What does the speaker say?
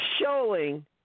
showing